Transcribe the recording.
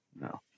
No